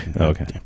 Okay